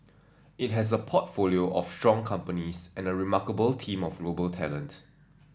it has a portfolio of strong companies and a remarkable team of global talent